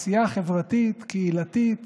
ולעשייה החברתית-קהילתית